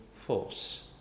force